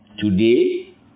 Today